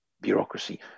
bureaucracy